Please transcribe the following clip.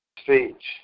speech